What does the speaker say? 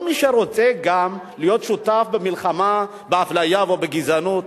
כל מי שרוצה גם להיות שותף במלחמה באפליה ובגזענות,